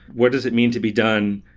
what does it mean to be done?